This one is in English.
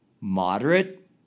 moderate